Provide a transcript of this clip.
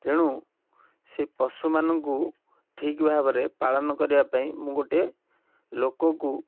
ତେଣୁ ସେ ପଶୁମାନଙ୍କୁ ଠିକ୍ ଭାବରେ ପାଳନ କରିବା ପାଇଁ ମୁଁ ଗୋଟେ ଲୋକକୁ